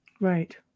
Right